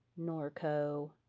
norco